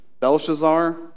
Belshazzar